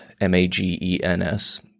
M-A-G-E-N-S